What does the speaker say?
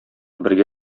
бергә